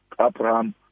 Abraham